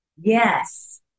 yes